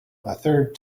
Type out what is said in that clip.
third